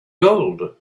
gold